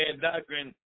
doctrine